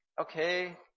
okay